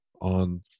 on